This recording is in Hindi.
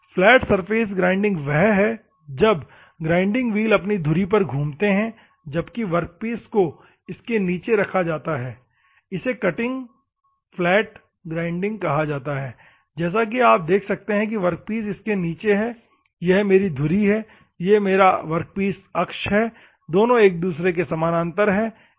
फ्लैट सरफेस ग्राइंडिंग वह है जब ग्राइंडिंग व्हील अपनी धुरी पर घूमते हैं जबकि वर्कपीस को इसके नीचे रखा जाता है इसे फ्लैट ग्राइंडिंग कहा जाता है जैसा कि आप देख सकते हैं कि वर्कपीस इसके नीचे है और यह मेरी धुरी है और यह मेरा वर्कपीस अक्ष है दोनों एक दूसरे के समानांतर हैं